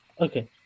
Okay